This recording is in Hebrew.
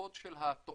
הקוד של התוכנה,